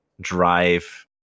drive